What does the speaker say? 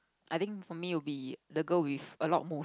I think for me will be the girl with a lot